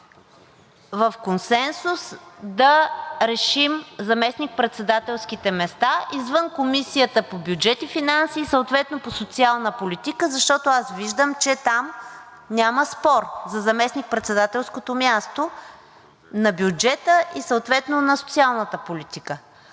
с консенсус да решим заместник-председателските места, извън Комисията по бюджет и финанси и съответно по социална политика, защото виждам, че там няма спор за заместник-председателското място на Бюджета и съответно на Социалната политика.